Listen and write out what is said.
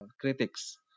critics